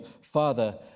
Father